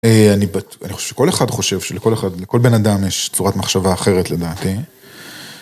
אני חושב שכל אחד חושב שלכל אחד לכל בן אדם יש צורת מחשבה אחרת לדעתי.